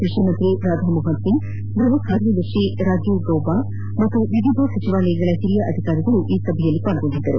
ಕೃಷಿ ಸಚಿವ ರಾಧಾಮೋಹನ್ ಸಿಂಗ್ ಗೃಹ ಕಾರ್ಯದರ್ತಿ ರಾಜೀವ್ ಗೌಬಾ ಹಾಗೂ ವಿವಿಧ ಸಚಿವಾಲಯಗಳ ಹಿರಿಯ ಅಧಿಕಾರಿಗಳು ಸಭೆಯಲ್ಲಿ ಪಾರ್ಸೊಂಡಿದ್ದರು